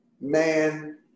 Man